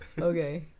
Okay